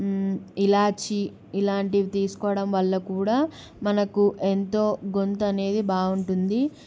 ఇలాచి ఇలాంటివి తీసుకోవడం వల్ల కూడా మనకు ఎంతో గొంతు అనేది బాగుంటుంది